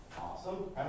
Awesome